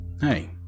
Hey